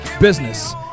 business